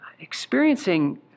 experiencing